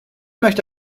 möchte